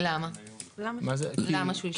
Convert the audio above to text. למה שהוא ישלם?